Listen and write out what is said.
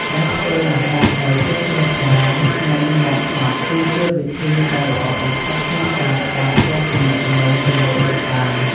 ការធ្វើម្ហូបដោយចិត្តជ្រះថ្លានិង មាត់ស្ងប់គឺជាវិធីដែលល្អបំផុតក្នុងការផ្សារភ្ជាប់ទំនាក់ទំនងជាមួយដូនតា។